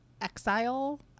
exile